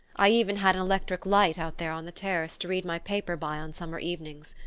i even had an electric light out there on the terrace, to read my paper by on summer evenings.